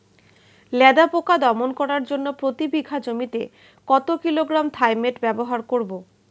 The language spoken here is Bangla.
লেদা পোকা দমন করার জন্য প্রতি বিঘা জমিতে কত কিলোগ্রাম থাইমেট ব্যবহার করব?